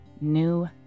new